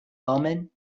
wellman